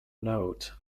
note